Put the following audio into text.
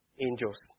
angels